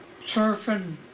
surfing